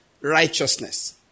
Righteousness